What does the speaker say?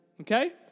Okay